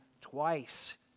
twice